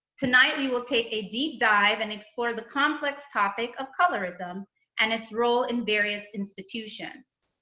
tonight, we will take a deep dive and explore the complex topic of colorism and its role in various institutions.